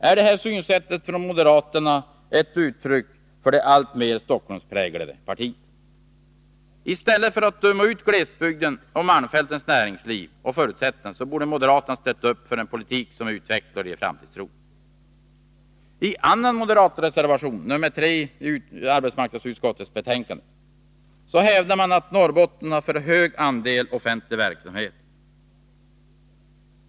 Är det här synsättet hos moderaterna ett uttryck för att partiet blir alltmer Stockholmspräglat? I stället för att döma ut glesbygden och malmfältens näringsliv och förutsättningar borde moderaterna ställa upp för en politik som utvecklar och ger framtidstro. I en annan moderat reservation, nr. 3 i arbetsmarknadsutskottets betänkande, hävdar moderaterna att Norrbotten har för stor andel offentlig verksamhet.